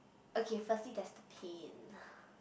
okay firstly there is the